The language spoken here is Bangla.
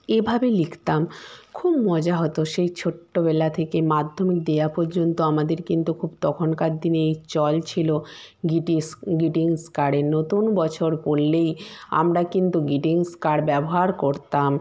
এভাবে লিখতাম খুব মজা হতো সেই ছোট্টবেলা থেকে মাধ্যমিক দেওয়া পর্যন্ত আমাদের কিন্তু খুব তখনকার দিনে এর চল ছিলো গ্রিটিংস গ্রিটিংস কার্ডের নতুন বছর পরলেই আমরা কিন্তু গ্রিটিংস কার্ড ব্যবহার করতাম